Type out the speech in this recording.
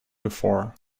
before